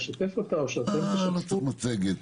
לא צריך מצגת.